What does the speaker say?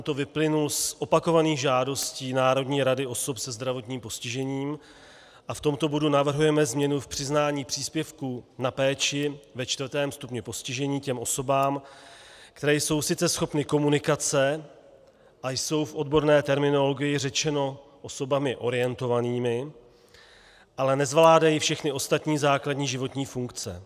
Ten vyplynul z opakovaných žádostí Národní rady osob se zdravotním postižením a v tomto bodu navrhujeme změnu v přiznání příspěvků na péči ve čtvrtém stupni postižení těm osobám, které jsou sice schopny komunikace a jsou v odborné terminologii řečeno osobami orientovanými, ale nezvládají všechny ostatní základní životní funkce.